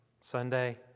Sunday